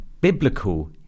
biblical